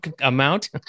amount